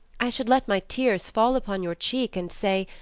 i should let my tears fall upon your cheek, and say,